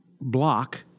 Block